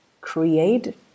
create